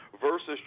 versus